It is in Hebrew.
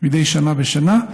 מדי שנה בשנה,